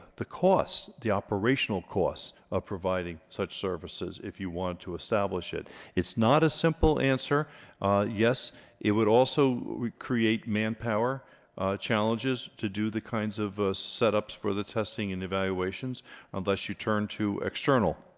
the costs the operational cost of providing such services if you want to establish it it's not a simple answer yes it would also recreate manpower challenges to do the kinds of setups for the testing and evaluations unless you turn to external.